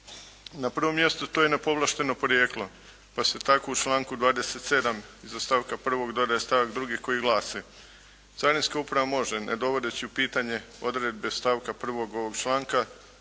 Na prvom mjestu to je na povlašteno porijeklo, pa se tako u članku 27. iza stavka 1. dodaje stavak 2. koji glasi: "Carinska uprava može ne dovodeći u pitanje odredbe stavka 1. ovog članka